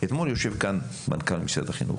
אתמול יושב כאן מנהל משרד החינוך,